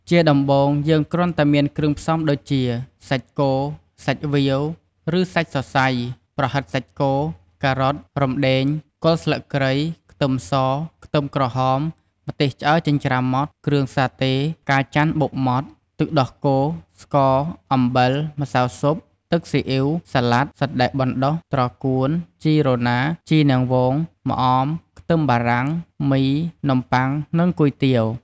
ជាដំបូងយើងគ្រាន់តែមានគ្រឿងផ្សំដូចជា សាច់គោ សាច់វៀវ ឬសាច់សសៃ ប្រហិតសាច់គោ ការ៉ុត រំដេង គល់ស្លឹកគ្រៃ ខ្ទឹមស ខ្ទឹមក្រហម ម្ទេសឆ្អើរចិញ្ច្រាំម៉ដ្ដ គ្រឿងសាតេ ផ្កាចន្ទន៍បុកម៉ដ្ត ទឹកដោះគោ ស្ករ អំបិល ម្សៅស៊ុប ទឹកស៊ីអ៉ីវ សាលាដ សណ្ដែកបណ្ដុះ ត្រកួន ជីរណា ជីនាងវង ម្អម ខ្ទឹមបារាំង មី នំបុ័ង និងគុយទាវ។